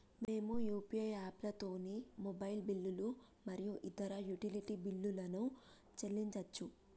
మేము యూ.పీ.ఐ యాప్లతోని మొబైల్ బిల్లులు మరియు ఇతర యుటిలిటీ బిల్లులను చెల్లించచ్చు